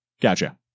Gotcha